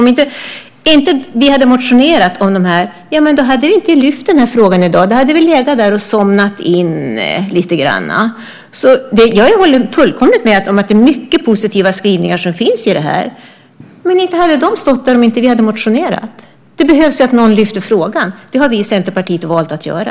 Om inte vi hade motionerat hade vi inte lyft fram den här frågan i dag - då hade frågan legat där och somnat in. Jag håller fullkomligt med om att det är mycket positiva skrivningar som finns här, men inte hade de stått där om inte vi hade motionerat. Det behövs att någon lyfter fram frågan, och det har vi i Centerpartiet valt att göra.